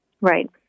Right